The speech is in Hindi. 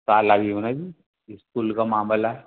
ताला भी होना जी स्कूल का मामला है